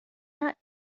not